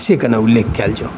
से कनि उल्लेख कएल जाउओ